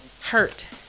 Hurt